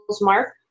mark